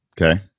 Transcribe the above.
Okay